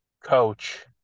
Coach